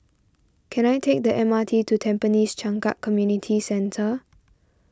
can I take the M R T to Tampines Changkat Community Centre